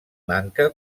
manca